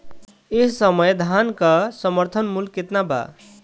एह समय धान क समर्थन मूल्य केतना बा?